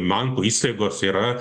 bankų įstaigos yra